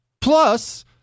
Plus